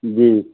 جی